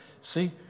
See